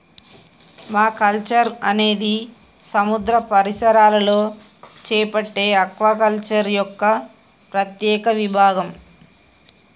mariculture అనేది సముద్ర పరిసరాలలో చేపట్టే ఆక్వాకల్చర్ యొక్క ప్రత్యేక విభాగం